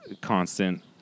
constant